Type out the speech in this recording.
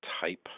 type